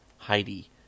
Heidi